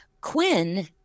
Quinn